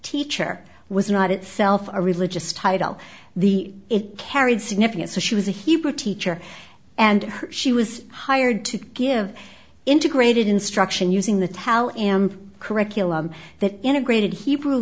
teacher was not itself a religious title the it carried significance so she was a hebrew teacher and she was hired to give integrated instruction using the tao in curriculum that integrated hebrew